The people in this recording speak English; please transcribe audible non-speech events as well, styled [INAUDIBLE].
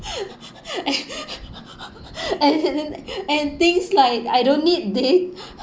[LAUGHS] and [LAUGHS] [NOISE] and things like I don't need deep